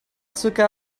circa